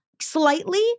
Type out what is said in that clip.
Slightly